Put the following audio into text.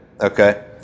Okay